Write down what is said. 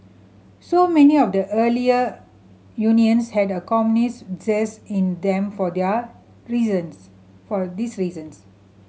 so many of the earlier unions had a communist zest in them for their reasons for this reasons